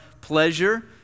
pleasure